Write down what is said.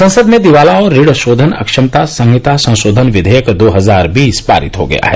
संसद में दिवाला और ऋण शोधन अक्षमता संहिता संशोधन विधेयक दो हजार बीस पारित हो गया है